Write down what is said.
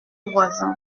voisin